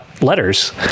letters